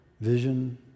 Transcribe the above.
vision